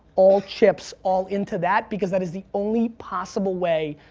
all chips all into that, because that is the only possible way,